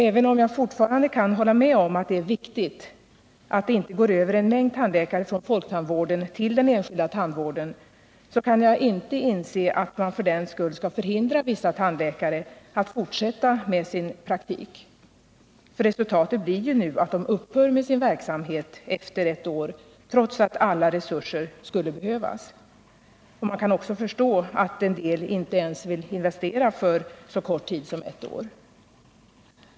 Även om jag fortfarande kan hålla med om att det är viktigt att det inte går över en mängd tandläkare från folktandvården till den enskilda tandvården, kan jag inte inse att man för den skull skall förhindra vissa tandläkare att fortsätta med sin praktik. Resultatet blir ju nu att de upphör med sin verksamhet efter ett år, trots att alla resurser skulle behövas. Man kan också förstå att en del inte ens vill investera för så kort tid som ett år.